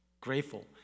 grateful